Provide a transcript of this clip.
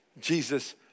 Jesus